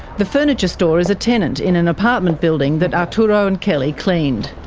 the furniture store is a tenant in an apartment building that arturo and kelly cleaned.